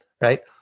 Right